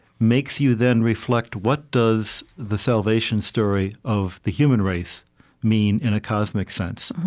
makes you then reflect, what does the salvation story of the human race mean in a cosmic sense?